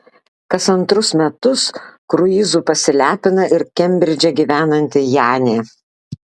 kas antrus metus kruizu pasilepina ir kembridže gyvenanti janė